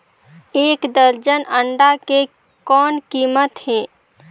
एक दर्जन अंडा के कौन कीमत हे?